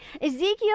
ezekiel